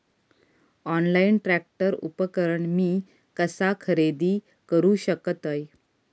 Online tractor उपकरण मी कसा खरेदी करू शकतय?